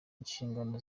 inshingano